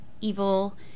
Evil